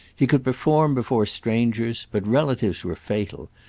he could perform before strangers, but relatives were fatal,